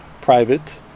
private